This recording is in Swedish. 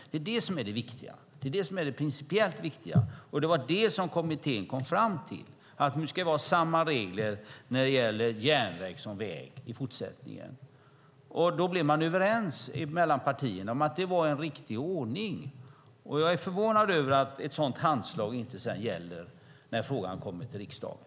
Det är det som är det principiellt viktiga, och det var det som kommittén kom fram till, nämligen att vi i fortsättningen ska ha samma regler när det gäller järnväg såväl som väg. Man blev överens mellan partierna om att det var en riktig ordning. Jag är förvånad över att ett sådant handslag sedan inte gäller när frågan kommer till riksdagen.